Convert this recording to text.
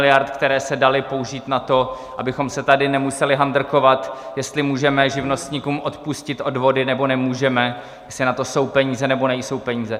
Sto miliard, které se daly použít na to, abychom se tady nemuseli handrkovat, jestli můžeme živnostníkům odpustit odvody, nebo nemůžeme, jestli na to jsou peníze, nebo nejsou peníze.